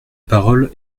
parole